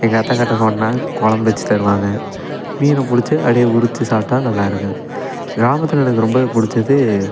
எங்கள் அத்தைக் கிட்டே சொன்னால் கொழம்பு வச்சு தருவாங்க மீனை பிடிச்சி அப்படியே உரித்து சாப்பிட்டா நல்லாயிருக்கும் கிராமத்தில் எனக்கு ரொம்ப பிடிச்சது